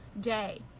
day